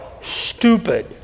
stupid